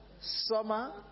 summer